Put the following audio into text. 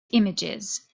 images